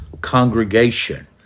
congregation